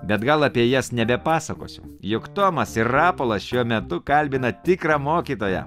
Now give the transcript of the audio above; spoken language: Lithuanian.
bet gal apie jas nebepasakosiu juk tomas ir rapolas šiuo metu kalbina tikrą mokytoją